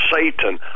Satan